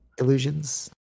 illusions